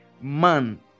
man